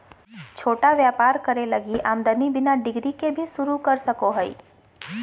छोटा व्यापर करे लगी आदमी बिना डिग्री के भी शरू कर सको हइ